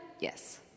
Yes